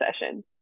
session